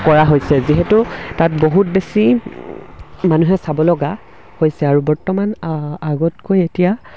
কৰা হৈছে যিহেতু তাত বহুত বেছি মানুহে চাব লগা হৈছে আৰু বৰ্তমান আগতকৈ এতিয়া